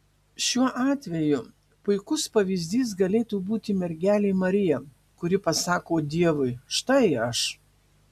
šiuo atveju puikus pavyzdys galėtų būti mergelė marija kuri pasako dievui štai aš